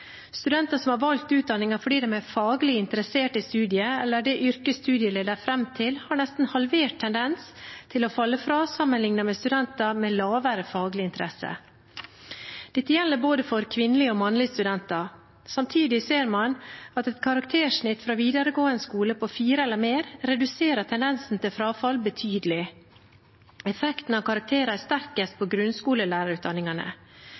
Studenter som har valgt utdanningen fordi de er faglig interessert i studiet eller det yrket studiet leder fram til, har nesten halvert tendens til å falle fra sammenlignet med studenter med lavere faglig interesse. Dette gjelder for både kvinnelige og mannlige studenter. Samtidig ser man at et karaktersnitt fra videregående skole på 4 eller mer reduserer tendensen til frafall betydelig. Effekten av karakterer er sterkest